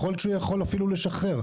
יכול להיות שהוא יכול אפילו לשחרר,